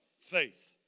Faith